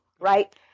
right